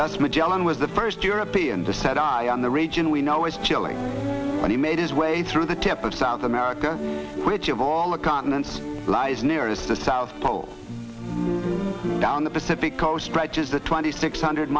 thus magellan was the first european to set ion the region we know is chilling but he made his way through the tip of south america which of all the continents lies nearest the south pole down the pacific coast wretches the twenty six hundred